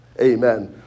Amen